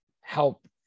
help